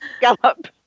gallop